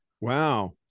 Wow